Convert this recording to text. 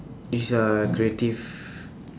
is uh creative